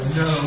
no